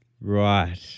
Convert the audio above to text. Right